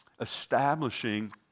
establishing